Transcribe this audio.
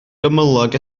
gymylog